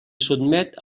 sotmet